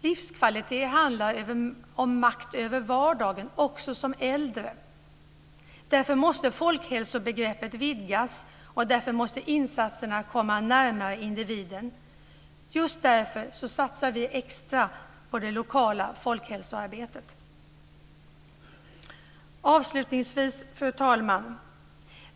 Livskvalitet handlar om makt över vardagen - också som äldre. Därför måste folkhälsobegreppet vidgas, och därför måste insatserna komma närmare individen. Just därför satsar vi extra på det lokala folkhälsoarbetet. Avslutningsvis, fru talman!